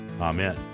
Amen